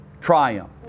triumph